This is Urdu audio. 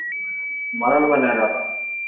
مرل میں نہیں رہتا